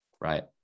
right